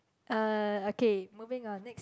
uh okay moving on next